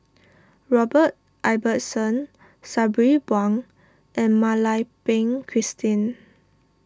Robert Ibbetson Sabri Buang and Mak Lai Peng Christine